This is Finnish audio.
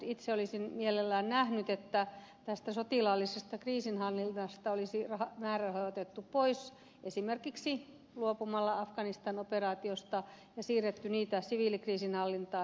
itse olisin mielellään nähnyt että tästä sotilaallisesta kriisinhallinnasta olisi määrärahoja otettu pois esimerkiksi luopumalla afganistan operaatiosta ja siirretty niitä siviilikriisinhallintaan